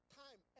time